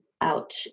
out